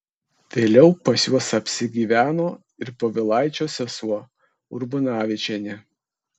vėliau pas juos apsigyveno ir povilaičio sesuo urbonavičienė